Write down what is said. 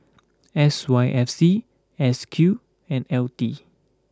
S Y F C S Q and L T